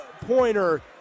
pointer